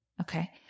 Okay